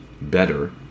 better